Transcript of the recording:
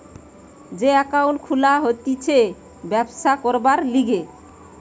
যে একাউন্ট খুলা হতিছে ব্যবসা করবার লিগে